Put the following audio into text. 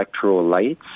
electrolytes